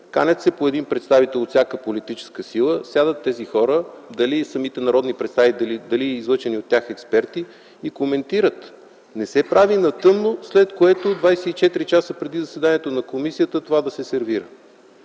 кани се по един представител от всяка политическа сила. Сядат тези хора – дали самите народни представители, дали излъчени от тях експерти, и коментират. Не се прави на тъмно, след което 24 часа преди заседанието на комисията това да се сервира.